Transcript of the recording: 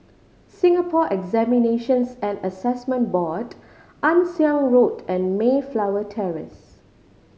Singapore Examinations and Assessment Board Ann Siang Road and Mayflower Terrace